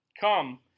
Come